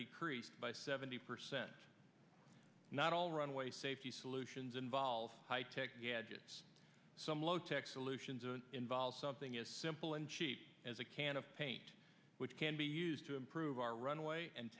decreased by seventy percent not all runway safety solutions involve high tech gadgets some low tech solutions and involve something as simple and cheap as a can of paint which can be used to improve our runway and